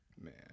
Man